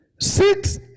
Six